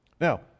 Now